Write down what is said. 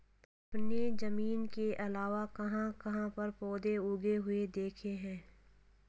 आपने जमीन के अलावा कहाँ कहाँ पर पौधे उगे हुए देखे हैं?